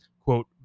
quote